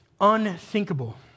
unthinkable